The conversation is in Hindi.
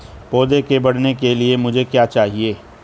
पौधे के बढ़ने के लिए मुझे क्या चाहिए?